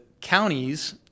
counties